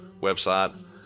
website